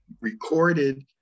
Recorded